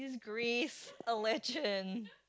Greece a legend